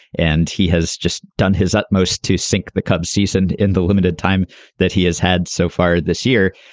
and he has just done his utmost to sink the cubs season in the limited time that he has had so far this year.